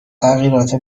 تغییرات